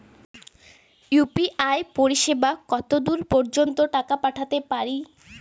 UPI পরিসেবা কতদূর পর্জন্ত টাকা পাঠাতে পারি?